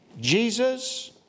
Jesus